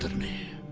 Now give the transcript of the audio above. and me